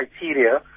criteria